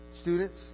Students